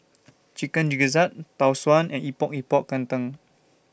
Chicken Gizzard Tau Suan and Epok Epok Kentang